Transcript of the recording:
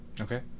Okay